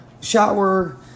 shower